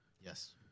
Yes